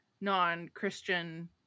non-Christian